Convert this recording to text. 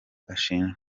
ashinjwa